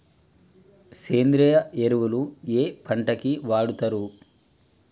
సేంద్రీయ ఎరువులు ఏ పంట కి వాడుతరు?